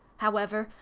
however,